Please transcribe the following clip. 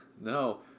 no